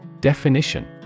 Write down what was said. Definition